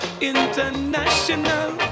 International